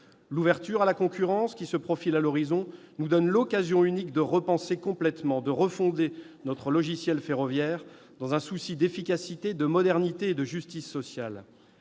l'ouverture à la concurrence qui se profile à l'horizon nous donne l'occasion unique de repenser complètement, de refonder notre logiciel ferroviaire, dans un souci d'efficacité, de modernité et de justice sociale.